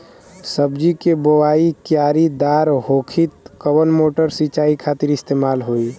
सब्जी के बोवाई क्यारी दार होखि त कवन मोटर सिंचाई खातिर इस्तेमाल होई?